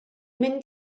mynd